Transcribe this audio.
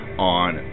on